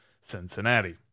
Cincinnati